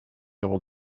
able